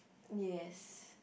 yes